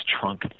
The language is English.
trunk